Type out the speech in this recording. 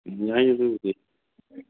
ꯎꯝ ꯌꯥꯏꯅꯦ ꯑꯗꯨꯕꯨꯗꯤ